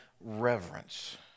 reverence